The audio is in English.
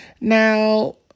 Now